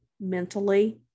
mentally